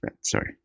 sorry